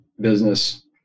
business